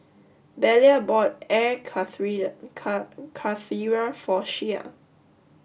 Belia bought Air Karthira for Shea